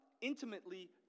intimately